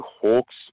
Hawks